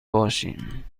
باشیم